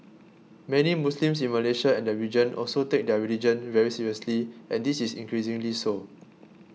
many Muslims in Malaysia and the region also take their religion very seriously and this is increasingly so